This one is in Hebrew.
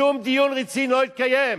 שום דיון רציני לא התקיים.